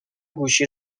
گوشی